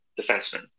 defenseman